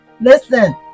Listen